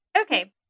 Okay